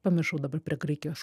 pamiršau dabar prie graikijos